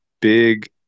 big